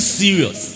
serious